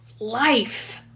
Life